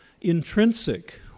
intrinsic